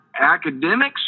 academics